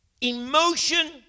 emotion